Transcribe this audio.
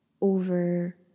over